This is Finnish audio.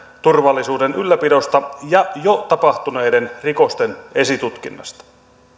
turvallisuuden ylläpidosta ja jo tapahtuneiden rikosten esitutkinnasta